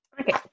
Okay